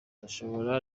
ndasohoka